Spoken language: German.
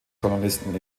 kolonisten